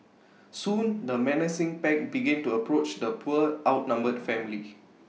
soon the menacing pack began to approach the poor outnumbered family